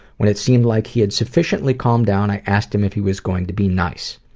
when it seemed like he had sufficiently calmed down, i asked him if he was going to be nice.